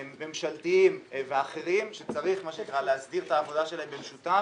ממשלתיים ואחרים שצריך להסדיר את העבודה שלהם במשותף,